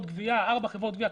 ארבע חברות גבייה,